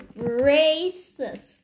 braces